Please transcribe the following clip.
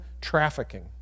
trafficking